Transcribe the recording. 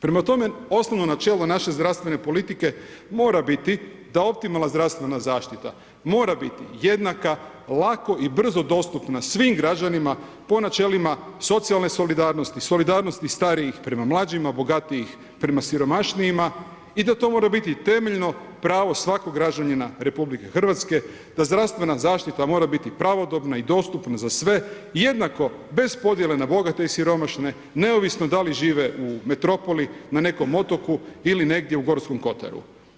Prema tome, osnovno načelo naše zdravstvene politike mora biti da optimalna zdravstvena zaštita mora biti jednaka, lako i brzo dostupna svim građanima po načelima socijalne solidarnosti, solidarnosti starijih prema mlađima, bogatijih prema siromašnijima i da to mora biti temeljeno pravo svakog građanina RH, da zdravstvena zaštita mora biti pravodobna i dostupna za sve jednako, bez podjele na bogate i siromašne neovisno da li žive u metropoli, na nekom otoku ili negdje u Gorskog kotaru.